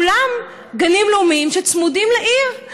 כולם גנים לאומיים שצמודים לעיר.